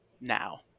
now